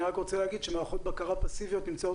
אני רק רוצה להגיד שמערכות בקרה פסיביות נמצאות